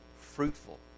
fruitful